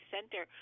Center